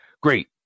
Great